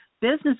business